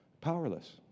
powerless